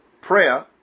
prayer